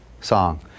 song